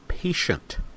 Patient